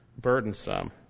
burdensome